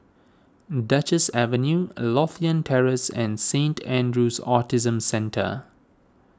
Duchess Avenue Lothian Terrace and Saint andrew's Autism Centre